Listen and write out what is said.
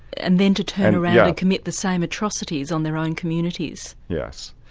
and then to turn around yeah and commit the same atrocities on their own communities. yes,